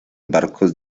barcos